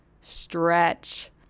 Stretch